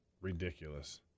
ridiculous